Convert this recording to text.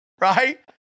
right